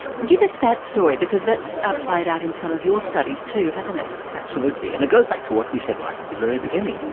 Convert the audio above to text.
give us that story because that's ah played out in some of your studies too hasn't it? absolutely, and it goes back to what we said right at the very beginning.